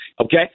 okay